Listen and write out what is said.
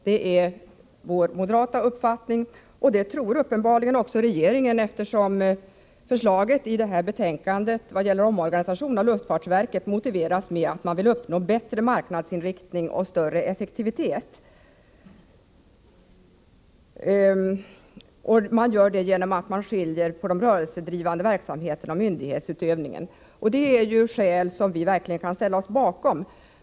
Det är vår uppfattning i moderata samlingspartiet. Uppenbarligen tror också regeringen det, eftersom propositionens förslag i vad gäller omorganisationen av luftfartsverket motiveras med att man vill uppnå bättre marknadsinriktning och större effektivitet. Det gör man genom att skilja de rörelsedrivande verksamheterna och myndighetsutövningen åt. Detta är skäl som vi verkligen kan ställa oss bakom.